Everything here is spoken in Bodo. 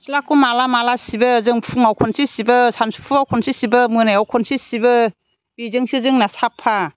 सिथ्लाखौ माला माला सिबो जों फुङाव खनसे सिबो सानसौफुआव खनसे सिबो मोनायाव खनसे सिबो बेजोंसो जोंना साफा